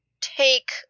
take